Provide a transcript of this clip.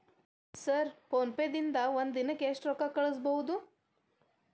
Sir PhonePe ದಿಂದ ಒಂದು ದಿನಕ್ಕೆ ಎಷ್ಟು ರೊಕ್ಕಾ ಕಳಿಸಬಹುದು?